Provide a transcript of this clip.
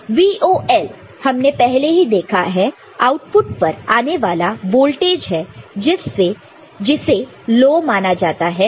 तो VOL हमने पहले ही देखा है आउटपुट पर आने वाला वोल्टेज है जिससे लो माना जाता है